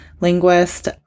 linguist